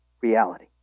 reality